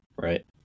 right